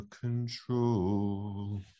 control